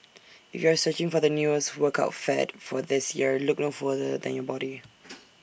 if you are searching for the newest workout fad for this year look no further than your body